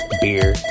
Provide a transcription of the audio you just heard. Beer